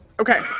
Okay